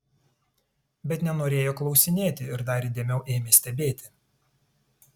bet nenorėjo klausinėti ir dar įdėmiau ėmė stebėti